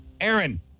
Aaron